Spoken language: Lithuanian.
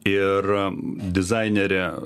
ir dizainerė